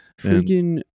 freaking